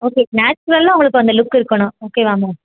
okay நேச்சுரலாக உங்களுக்கு அந்த லுக் இருக்கணும் ஓகேவா மேம்